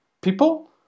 people